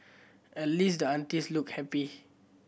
at least the aunties looked happy